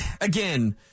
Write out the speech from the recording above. again